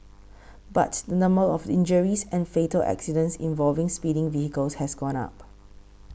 but the number of injuries and fatal accidents involving speeding vehicles has gone up